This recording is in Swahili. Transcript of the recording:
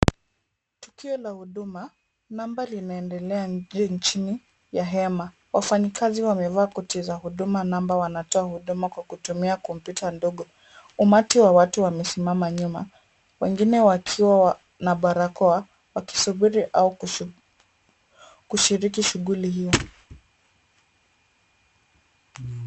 Tukio la huduma namba linaendelea nje nchini ya hema. Wafanyikazi wamevaa koti za huduma namba wanatoa huduma kwa kutumia kompyuta ndogo. Umatu wa watu umesimama nyuma, wengine wakiwa na barakoa wakisubiri au kushiriki shughuli hiyo.